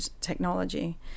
technology